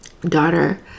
daughter